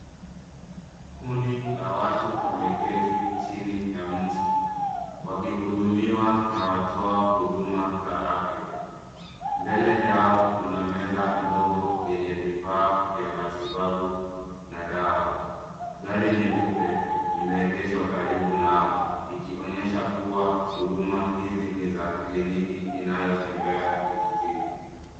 Kundi la watu wameketi chini ya mti. Wakihudumiwa na watoa huduma za afya. Mbele yao kuna meza ndogo yenye vifaa vya matibabu na dawa. Gari nyeupe imeengeshwa karibu nao, ikionyesha kuwa huduma hizi ni za kliniki inayotembea vijijini.